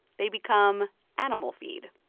they become animal feed.